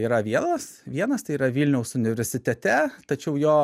yra vienas vienas tai yra vilniaus universitete tačiau jo